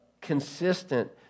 consistent